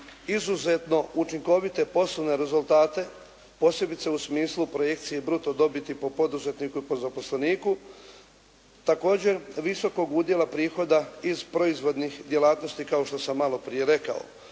izuzetno učinkovite poslovne rezultate, posebice u smislu projekcije bruto dobiti po poduzetniku i po zaposleniku. Također visokog udjela prihoda iz proizvodnih djelatnosti, kao što sam malo prije rekao,